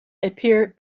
appear